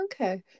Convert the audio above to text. okay